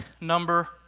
number